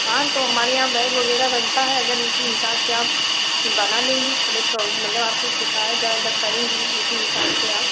हाँ तो हमारे यहाँ बैग वगैरह बनता है अगर उसी हिसाब से आप बना लेगी अपने तो मतलब आपको सिखाया जाएगा करेंगी उसी हिसाब से आप